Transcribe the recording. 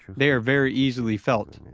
they are very easily felt,